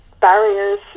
barriers